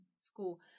school